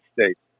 States